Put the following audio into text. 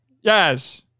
yes